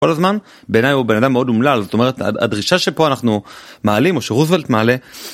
כל הזמן בעיני הוא בן אדם מאוד אומלל, זאת אומרת הדרישה שפה אנחנו מעלים או שרוזוולט מעלה